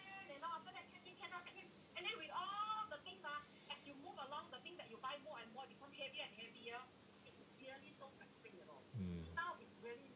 mm